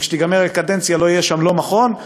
וכשתגמר הקדנציה לא יהיה שם מכון,